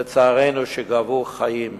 לצערנו, שגבו חיים.